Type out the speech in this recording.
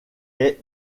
est